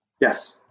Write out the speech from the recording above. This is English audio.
Yes